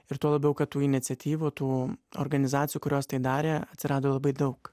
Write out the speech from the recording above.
ir tuo labiau kad tų iniciatyvų tų organizacijų kurios tai darė atsirado labai daug